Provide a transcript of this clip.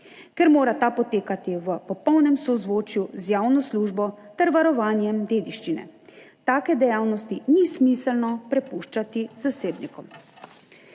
Ker mora ta potekati v popolnem sozvočju z javno službo ter varovanjem dediščine, take dejavnosti ni smiselno prepuščati zasebnikom.